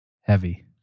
heavy